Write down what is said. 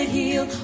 heal